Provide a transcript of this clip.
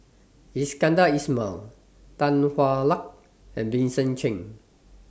Iskandar Ismail Tan Hwa Luck and Vincent Cheng